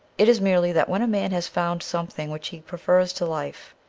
it is merely that when a man has found something which he prefers to life,